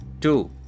Two